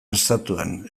estatuan